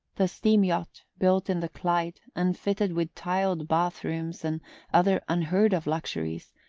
the steam-yacht, built in the clyde, and fitted with tiled bath-rooms and other unheard-of luxuries,